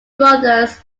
brothers